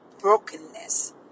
brokenness